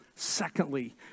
Secondly